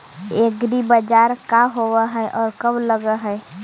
एग्रीबाजार का होब हइ और कब लग है?